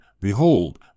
behold